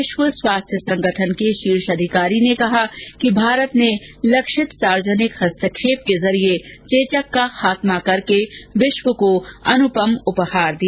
विश्व स्वास्थ्य संगठन के शीर्ष अधिकारी ने कहा कि भारत ने लक्षित सार्वजनिक हस्तक्षेप के जरिये चेचक का खातमा करके विश्व का अनुपम उपहार दिया